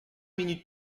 minutes